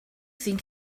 think